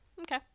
Okay